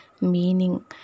meaning